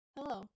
Hello